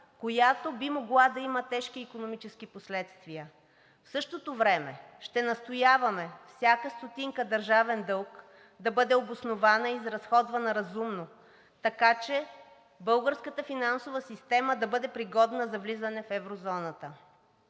която би могла да има тежки икономически последствия. В същото време ще настояваме всяка стотинка държавен дълг да бъде обоснована и изразходвана разумно, така че българската финансова система да бъде пригодна за влизане в еврозоната.